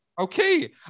okay